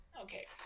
okay